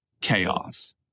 chaos